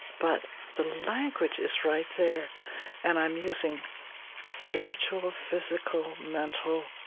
but the language is right there and i'm using spiritual, physical, mental,